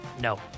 No